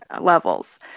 levels